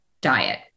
diet